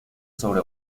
sobre